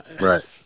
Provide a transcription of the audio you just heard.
Right